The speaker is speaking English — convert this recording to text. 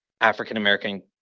African-American